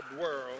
world